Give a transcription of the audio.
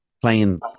playing